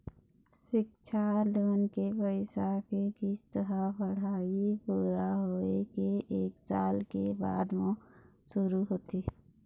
सिक्छा लोन के पइसा के किस्त ह पढ़ाई पूरा होए के एक साल के बाद म शुरू होथे